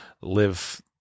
live